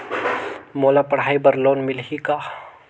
मोला पढ़ाई बर लोन मिलही का?